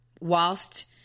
whilst